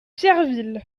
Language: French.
pierreville